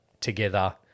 together